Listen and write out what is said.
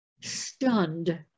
stunned